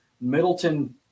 Middleton